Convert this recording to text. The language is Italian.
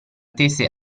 tese